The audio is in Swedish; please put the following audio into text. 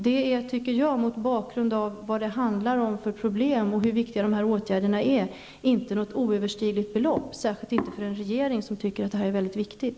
Det är, mot bakgrund av vilka problem det handlar om och hur viktiga dessa åtgärder är, inte något oöverstigligt belopp, särskilt inte för en regering som tycker att detta är mycket viktigt.